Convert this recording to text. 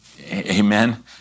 Amen